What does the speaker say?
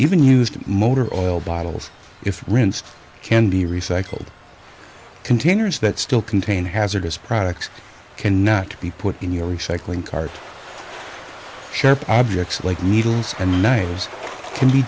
even used motor oil bottles it's rinsed can be recycled containers that still contain hazardous products cannot be put in your recycling card sharp objects like needles and nails can be